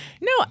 No